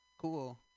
Cool